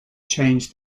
changed